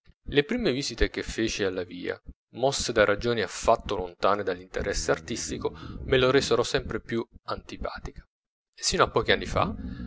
le prime visite che feci alla via mosse da ragioni affatto lontane dall'interesse artistico me la resero sempre più antipatica sino a pochi anni fa